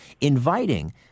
inviting